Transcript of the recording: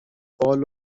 بال